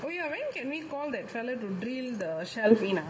oh ya when can we call the fellow to bring the shelf in